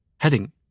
Heading